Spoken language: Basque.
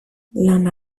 lan